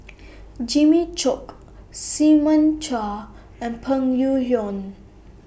Jimmy Chok Simon Chua and Peng Yuyun